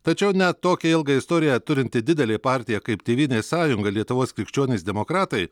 tačiau net tokią ilgą istoriją turinti didelė partija kaip tėvynės sąjunga lietuvos krikščionys demokratai